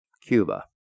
Cuba